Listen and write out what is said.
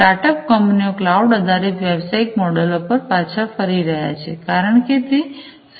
સ્ટાર્ટઅપકંપનીઓ cloud આધારિત વ્યવસાયિક મોડેલો પર પાછા ફરી રહ્યા છે કારણ કે તે સસ્તુ છે